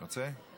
רוצה?